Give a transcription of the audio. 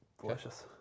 Delicious